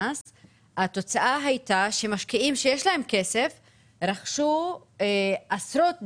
התוצאה הייתה שמשקיעים שיש להם כסף רכשו עשרות דירות.